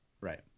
Right